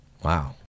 Wow